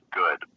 good